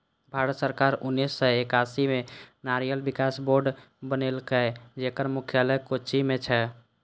भारत सरकार उन्नेस सय एकासी मे नारियल विकास बोर्ड बनेलकै, जेकर मुख्यालय कोच्चि मे छै